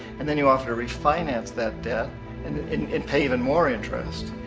and then you offer to refinance that debt and and and pay even more interest.